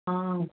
हा